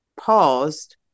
paused